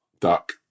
Duck